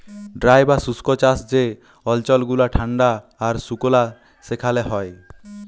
dry বা শুস্ক চাষ যে অল্চল গুলা ঠাল্ডা আর সুকলা সেখালে হ্যয়